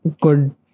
good